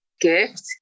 gift